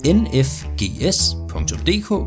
nfgs.dk